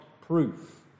proof